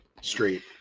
street